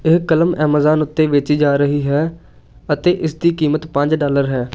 ਇਹ ਕਲਮ ਐਮਾਜ਼ਾਨ ਉੱਤੇ ਵੇਚੀ ਜਾ ਰਹੀ ਹੈ ਅਤੇ ਇਸ ਦੀ ਕੀਮਤ ਪੰਜ ਡਾਲਰ ਹੈ